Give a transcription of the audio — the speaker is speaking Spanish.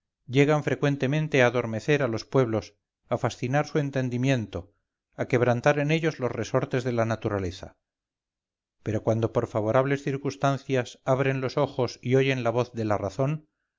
llegan frecuentemente a adormecer a los pueblos a fascinar su entendimiento a quebrantar en ellos los resortes de la naturaleza pero cuando por favorables circunstancias abren los ojos y oyen la voz de la razón